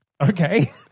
Okay